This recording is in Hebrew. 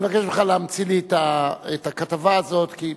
אני מבקש ממך להמציא לי את הכתבה הזאת, כי פשוט,